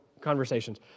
conversations